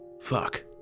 Fuck